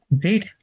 Great